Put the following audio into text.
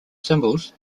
symbols